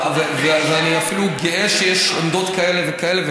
ואני אפילו גאה שיש עמדות כאלה וכאלה,